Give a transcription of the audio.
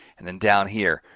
and then down here,